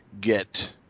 get